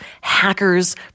hackers